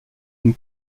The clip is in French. une